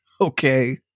Okay